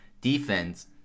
defense